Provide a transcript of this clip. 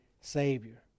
savior